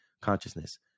consciousness